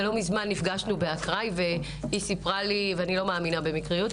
ולא מזמן נפגשנו באקראי ואני לא מאמינה במקריות